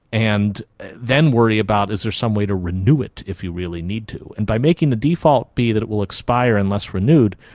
and then worry about is there some way to renew it if you really need to. and by making the default be that it will expire unless renewed,